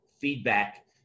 feedback